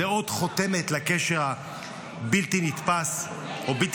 זאת עוד חותמת לקשר הבלתי-נתפס או בלתי